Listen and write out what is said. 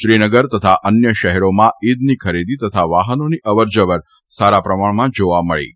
શ્રીનગર તથા અન્ય શહેરોમાં ઇદની ખરીદી તથા વાહનોની અવર જવર સારા પ્રમાણમાં જાવા મળી હતી